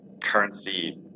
currency